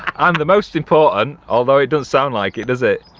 and the most important although it doesn't sound like it is it.